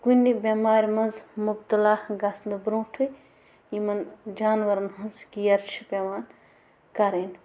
کُنہِ بٮ۪مارِ منٛز مُبتلا گَژھنہٕ بروٛنٹھٕے یِمَن جانوَرَن ہٕنز کِیَر چھِ پٮ۪وان کَرٕنۍ